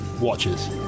watches